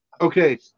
Okay